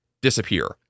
disappear